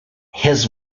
his